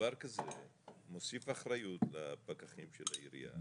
ודבר כזה מוסיף אחריות לפקחי העירייה.